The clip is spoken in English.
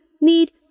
need